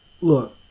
Look